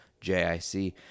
JIC